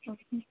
okay